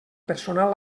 personal